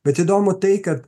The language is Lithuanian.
bet įdomu tai kad